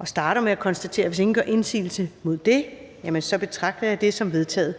jeg starter med at konstatere, at hvis ingen gør indsigelse mod det, betragter jeg det som vedtaget.